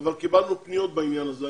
אבל קיבלנו פניות בעניין הזה.